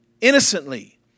innocently